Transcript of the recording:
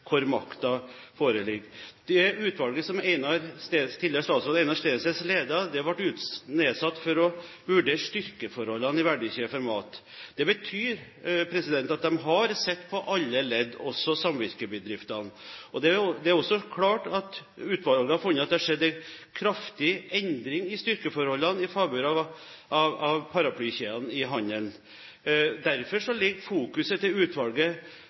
hvor makten ligger. Utvalget, som tidligere statsråd Einar Steensnæs ledet, ble nedsatt for å vurdere styrkeforholdene i verdikjeden for mat. Det betyr at de har sett på alle ledd, også samvirkebedriftene. Utvalget har funnet at det har skjedd en kraftig endring i styrkeforholdene i favør av paraplykjedene i handelen. Derfor fokuserer utvalget på handel i vurderingen av de forslag som er framkommet, og i de forslag til